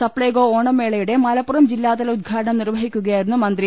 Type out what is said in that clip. സപ്ലൈകോ ഓണം മേളയുടെ മലപ്പുറം ജില്ലാതല ഉദ്ഘാടനം നിർവഹിക്കുകയായിരുന്നു മന്ത്രി